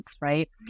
right